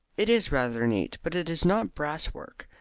it is rather neat. but it is not brass-work.